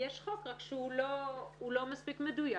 יש חוק, רק שהוא לא מספיק מדויק.